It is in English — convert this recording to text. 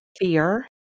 fear